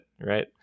right